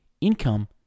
income